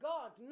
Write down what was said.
God